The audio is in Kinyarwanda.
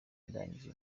ndangije